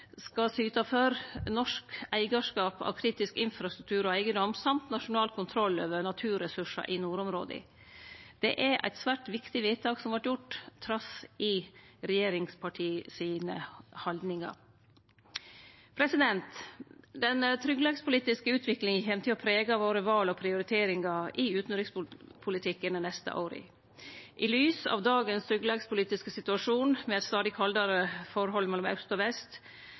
skal syte for norsk eigarskap av kritisk infrastruktur og eigedom, og nasjonal kontroll over naturresursar i nordområda. Det er eit svært viktig vedtak som vart gjort, trass i regjeringspartia sine haldningar. Den sikkerheitspolitiske utviklinga kjem til å prege våre val og prioriteringar i utanrikspolitikken dei neste åra. I lys av dagens sikkerheitspolitiske situasjon, med eit stadig kaldare forhold mellom aust og vest,